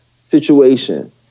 situation